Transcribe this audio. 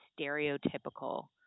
stereotypical